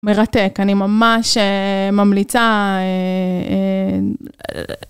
מרתק. אני ממש, אה... ממליצה... אהה...